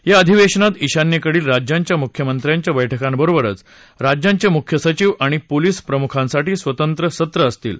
या आधिवेशनात ईशान्येकडील राज्यांच्या मुख्यमंत्र्यांच्या बैठकांबरोबरच राज्यांचे मुख्य सचिव आणि पोलिस प्रमुखांसाठी स्वतंत्र सत्रं असतील